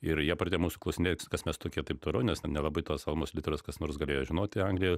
ir jie pradėjo mūsų klausinėtis kas mes tokie taip toliau nes ten nelabai tos almos literos kas nors galėjo žinoti anglijoj